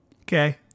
Okay